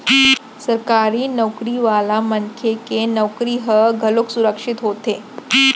सरकारी नउकरी वाला मनखे के नउकरी ह घलोक सुरक्छित होथे